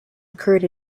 occurred